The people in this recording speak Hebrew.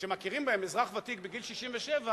שמכירים בהם כאזרח ותיק בגיל 67,